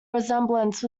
resemblance